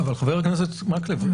חבר הכנסת מקלב,